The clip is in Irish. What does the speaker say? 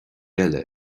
eile